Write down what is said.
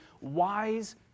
wise